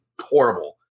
horrible